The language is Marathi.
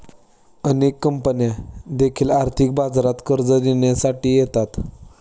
अनेक कंपन्या देखील आर्थिक बाजारात कर्ज देण्यासाठी येतात